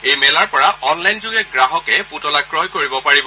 এই মেলাৰ পৰা অনলাইনযোগে গ্ৰাহকে পূতলা ক্ৰয় কৰিব পাৰিব